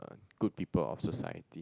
good people of society